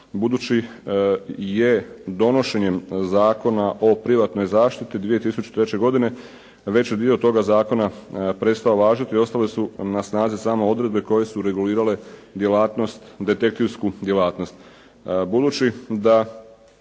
budući je donošenjem Zakona o privatnoj zaštiti 2003. godine veći dio toga zakona prestao važiti. Ostale su na snazi samo odredbe koje su regulirale djelatnost, detektivsku djelatnost.